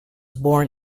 born